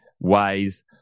ways